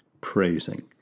praising